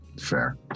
Fair